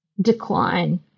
decline